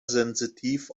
sensitiv